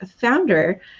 founder